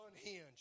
unhinged